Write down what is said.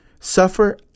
suffer